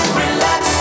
relax